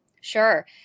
Sure